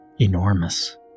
enormous